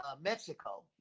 Mexico